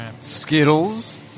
Skittles